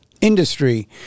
industry